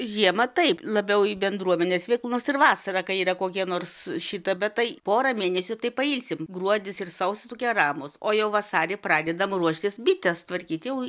žiemą taip labiau į bendruomenės veiklas nors ir vasarą kai yra kokie nors šita bet tai porą mėnesių tai pailsim gruodis ir sausis tokie ramūs o jau vasarį pradedam ruoštis bites tvarkyt jau